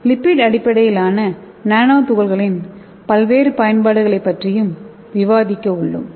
lipid அடிப்படையிலான nano துகள்களின் பல்வேறு பயன்பாடுகளைப் பற்றியும் விவாதிக்க உள்ளோம்